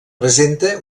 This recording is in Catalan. presenta